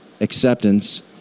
acceptance